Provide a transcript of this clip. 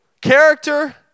Character